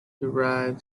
derived